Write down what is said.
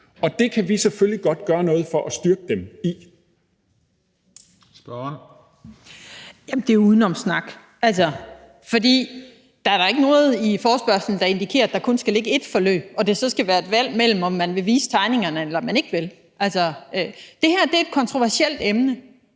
Den fg. formand (Christian Juhl): Spørgeren. Kl. 13:55 Ellen Trane Nørby (V): Jamen det er udenomssnak, for der er da ikke noget i forespørgslen, der indikerer, at der kun skal ligge ét forløb, og at det så skal være et valg mellem, om man vil vise tegningerne eller man ikke vil. Altså, det her er et kontroversielt emne.